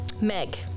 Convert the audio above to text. Meg